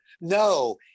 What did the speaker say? no